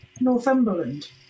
Northumberland